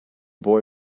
boy